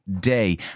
day